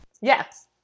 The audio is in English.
Yes